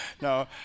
No